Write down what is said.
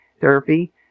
therapy